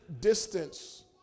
distance